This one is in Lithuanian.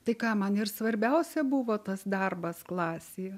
tai ką man ir svarbiausia buvo tas darbas klasėje